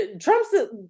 Trump's